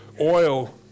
oil